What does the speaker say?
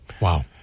Wow